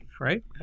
right